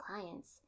clients